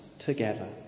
together